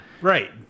right